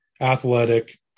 athletic